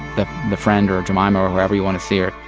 the the friend or jemima or however you want to see her,